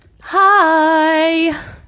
Hi